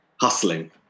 hustling